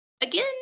Again